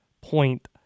point